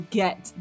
get